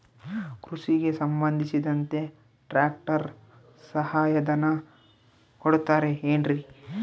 ಕೃಷಿಗೆ ಸಂಬಂಧಿಸಿದಂತೆ ಟ್ರ್ಯಾಕ್ಟರ್ ಸಹಾಯಧನ ಕೊಡುತ್ತಾರೆ ಏನ್ರಿ?